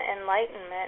enlightenment